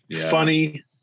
Funny